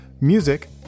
music